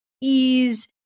ease